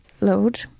load